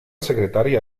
secretaria